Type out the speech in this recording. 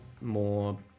more